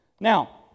Now